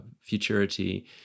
futurity